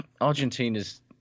Argentina's